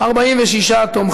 חוק בתי-המשפט (תיקון,